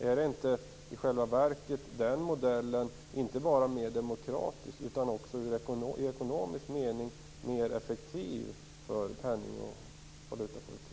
Är inte i själva verket den modellen inte bara mer demokratisk utan också i ekonomisk mening mer effektiv för penning och valutapolitiken?